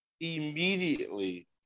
immediately